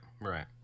right